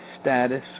status